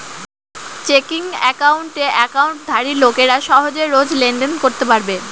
checking একাউণ্টে একাউন্টধারী লোকেরা সহজে রোজ লেনদেন করতে পারবে